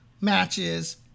matches